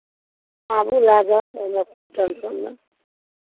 आबू लए जाउ ओहिमे कोइ टेंसन नहि